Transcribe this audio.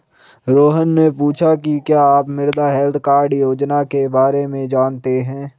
रोहन ने पूछा कि क्या आप मृदा हैल्थ कार्ड योजना के बारे में जानते हैं?